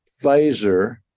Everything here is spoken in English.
Pfizer